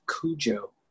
Cujo